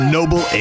Noble